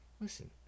listen